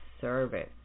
service